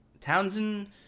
Townsend